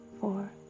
four